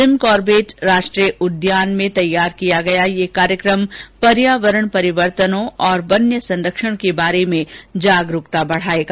gym Corbett राष्ट्रीय उद्यान में बनाया गया यह कार्यक्रम पर्यावरण परिवर्तनों और वन्य जीव संरक्षण के बारे में जागरूकता बढ़ाएगा